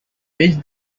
which